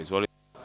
Izvolite.